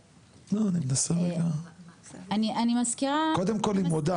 אני מזכירה --- קודם כל היא מודה,